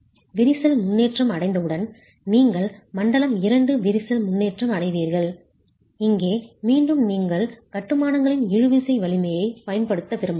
விரிசல் முன்னேற்றம் அடைந்தவுடன் நீங்கள் மண்டலம் 2 விரிசல் முன்னேற்றம் அடைவீர்கள் இங்கே மீண்டும் நீங்கள் கட்டுமானங்களின் இழுவிசை வலிமையைப் பயன்படுத்த விரும்பலாம்